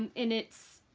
and it's